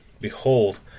behold